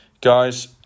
guys